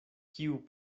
kiu